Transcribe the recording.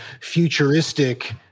futuristic